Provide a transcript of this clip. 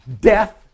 Death